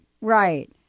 Right